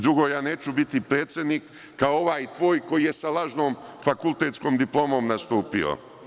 Drugo, ja neću biti predsednik kao ovaj tvoj koji je sa lažnom fakultetskom diplomom nastupio.